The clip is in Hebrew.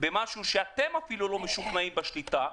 במשהו שאתם אפילו לא משוכנעים בשליטה,